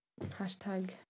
Hashtag